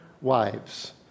wives